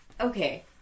Okay